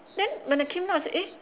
then when I came down I said eh